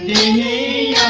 a